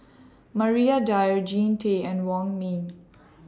Maria Dyer Jean Tay and Wong Ming